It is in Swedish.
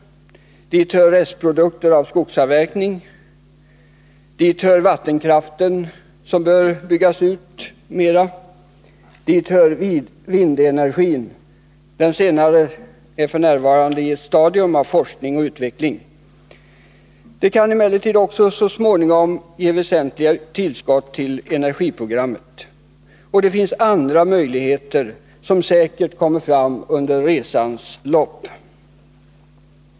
Dit hör restprodukter av skogsavverkning. Dit hör vattenkraften, som bör byggas ut mer. Och dit hör vindenergin. Den senare är f. n. i ett stadium av forskning och utveckling. Den kan emellertid också så småningom ge väsentliga tillskott till energiprogrammet. Och det finns andra möjligheter som säkert kommer fram under resans lopp.